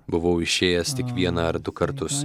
buvau išėjęs tik vieną ar du kartus